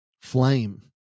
flame